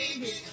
baby